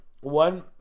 one